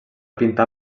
pintar